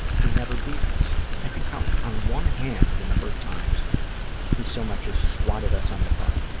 he never beat us. i can count on one hand the number of times he so much as swatted us on the butt.